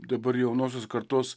dabar jaunosios kartos